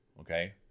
Okay